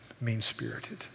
mean-spirited